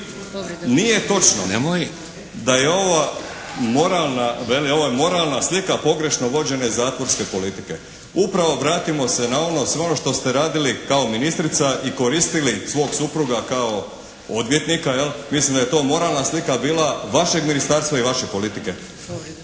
veli ovo je moralna slika pogrešno vođene zatvorske politike. Upravo vratimo se na ono sve ono što ste radili kao ministrica i koristili svog supruga kao odvjetnika, jel, mislim da je to moralna slika bila vašeg ministarstva i vaše politike.